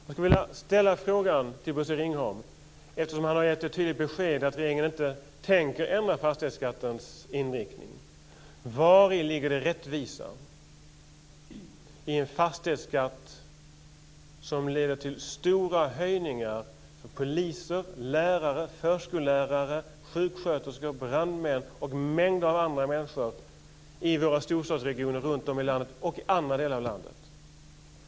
Eftersom Bosse Ringholm har gett det tydliga beskedet att regeringen inte tänker ändra fastighetsskattens inriktning vill jag fråga: Vari ligger det rättvisa i en fastighetsskatt som leder till stora höjningar för poliser, lärare, förskollärare, sjuksköterskor, brandmän och mängder av andra människor i våra storstadsregioner och andra delar av landet?